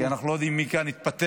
כי אנחנו לא יודעים מי כאן התפטר,